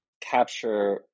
capture